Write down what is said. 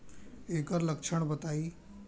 ऐकर लक्षण बताई?